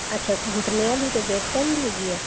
ਅੱਛਾ ਘੁਟਨਿਆਂ ਦੀ ਅਤੇ ਬੇਕ ਪੇਨ ਦੀ ਹੈਗੀ ਹੈ